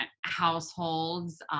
households